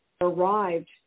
arrived